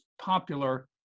popular